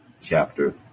chapter